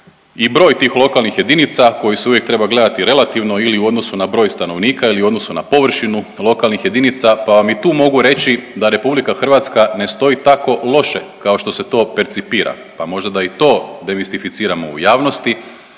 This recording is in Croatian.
i broj tih lokalnih jedinica koji se uvijek treba gledati relativno ili u odnosu na broj stanovnika ili u odnosu na površinu lokalnih jedinica, pa vam i tu mogu reći da RH ne stoji tako loše kao što se to percipira, pa možda da i to demistificiramo u javnosti,